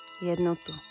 jednotu